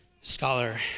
Scholar